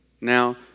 Now